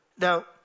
Now